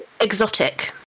exotic